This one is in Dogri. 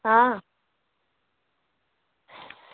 आं